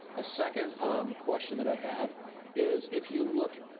a second um question that i have is if you look